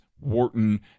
Wharton